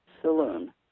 saloon